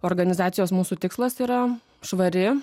organizacijos mūsų tikslas yra švari